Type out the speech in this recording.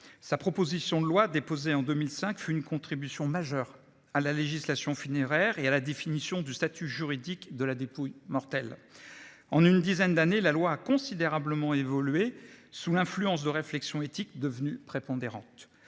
Sa proposition de loi déposée en 2005 fut une contribution majeure à la législation funéraire et à la définition du statut juridique de la dépouille mortelle. En une dizaine d'années, la loi a considérablement évolué sous l'influence de réflexions éthiques qui sont devenues prépondérantes.